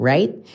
Right